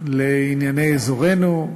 לענייני אזורנו,